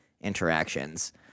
interactions